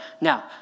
Now